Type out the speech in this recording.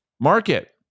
market